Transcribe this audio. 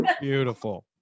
Beautiful